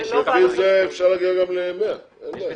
--- לפי זה אפשר להגיע גם ל-100, אין בעיה.